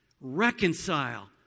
reconcile